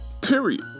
Period